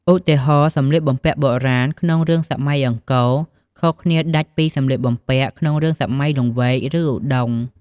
ឧទាហរណ៍ សម្លៀកបំពាក់បុរាណក្នុងរឿងសម័យអង្គរ ខុសគ្នាដាច់ពីសម្លៀកបំពាក់ក្នុងរឿងសម័យលង្វែក ឬឧដុង្គ ។